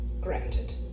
Granted